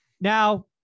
Now